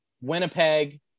Winnipeg